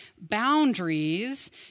boundaries